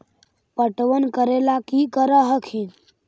पटबन करे ला की कर हखिन?